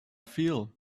feel